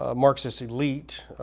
ah marxist elite